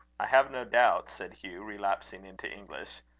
i have no doubt, said hugh, relapsing into english,